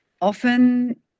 often